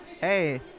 Hey